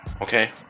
okay